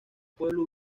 pueblo